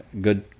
Good